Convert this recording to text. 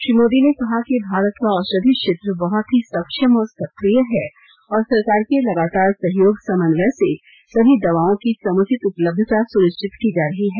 श्री मोदी ने कहा कि भारत का औषधि क्षेत्र बहुत ही सक्षम और सक्रिय है और सरकार के लगातार सहयोग समन्वय से सभी दवाओं की समुचित उपलब्धता सुनिश्चित की जा रही है